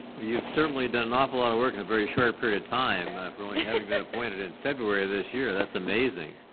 you've certainly done an awful lot of work in a very short period of time for only having been appointed in february this year, that's amazing.